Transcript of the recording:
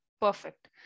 Perfect